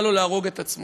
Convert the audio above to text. בא לו להרוג את עצמו.